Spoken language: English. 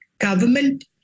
Government